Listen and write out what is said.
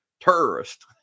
Terrorist